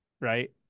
right